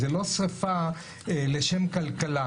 זו לא שריפה לשם כלכלה.